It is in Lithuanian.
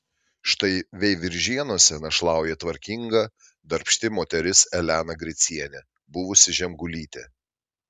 štai veiviržėnuose našlauja tvarkinga darbšti moteris elena gricienė buvusi žemgulytė